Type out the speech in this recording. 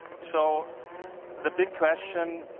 so the big question,